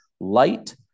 light